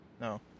No